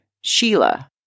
Sheila